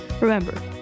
Remember